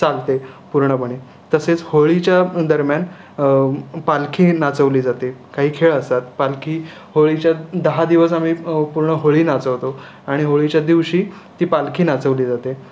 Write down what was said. चालते पूर्णपणे तसेच होळीच्या दरम्यान पालखी नाचवली जाते काही खेळ असतात पालखी होळीच्या दहा दिवस आम्ही पूर्ण होळी नाचवतो आणि होळीच्या दिवशी ती पालखी नाचवली जाते